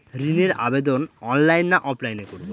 ঋণের আবেদন অনলাইন না অফলাইনে করব?